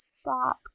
stop